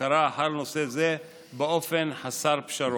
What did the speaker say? בקרה אחר נושא זה באופן חסר פשרות.